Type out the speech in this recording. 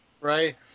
Right